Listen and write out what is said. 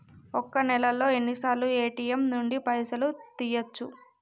ఒక్క నెలలో ఎన్నిసార్లు ఏ.టి.ఎమ్ నుండి పైసలు తీయచ్చు?